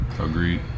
Agreed